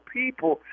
people